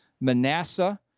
Manasseh